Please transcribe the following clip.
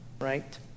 right